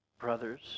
brothers